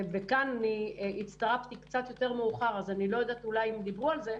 וכאן הצטרפתי קצת מאוחר אז אני לא יודעת אם דיברו על זה,